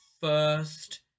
first